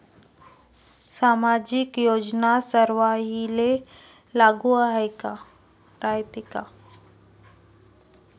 सामाजिक योजना सर्वाईले लागू रायते काय?